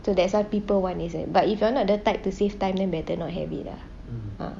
so that's why people want this lah but if you are not the type to save time then better not have it lah ah